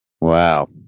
Wow